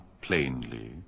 plainly